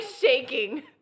shaking